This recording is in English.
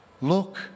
look